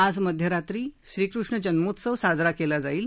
आज मध्यरात्री श्रीकृष्ण जन्मोत्सव साजरा केला जातो